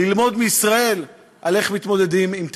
ללמוד מישראל איך מתמודדים עם טרור.